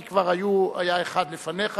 כי כבר היה אחד לפניך,